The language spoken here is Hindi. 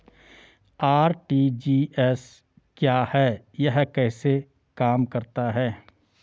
आर.टी.जी.एस क्या है यह कैसे काम करता है?